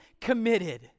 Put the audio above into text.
committed